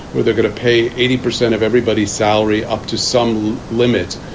where they're going to pay eighty percent of everybody's salary up to some limits